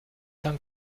lange